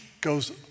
goes